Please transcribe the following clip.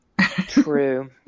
true